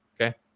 okay